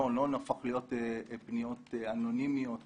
ולא נהפכות לפניות אנונימיות